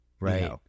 right